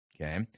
okay